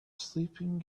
sleeping